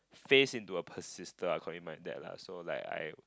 phased into a persister according to my dad lah so like I